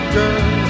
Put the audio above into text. girl